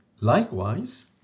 Likewise